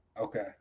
okay